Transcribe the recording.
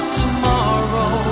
tomorrow